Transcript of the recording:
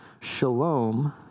shalom